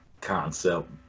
concept